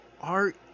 art